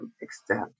extent